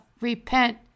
repent